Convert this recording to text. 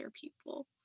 people